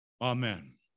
Amen